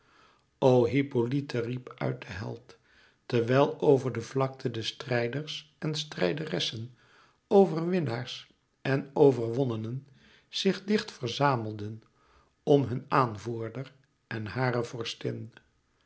o hippolyte riep uit de held terwijl over de vlakte de strijders en strijderessen overwinnaars en overwonnenen zich dicht verzamelden om hun aanvoerder en hare